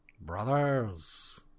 Brothers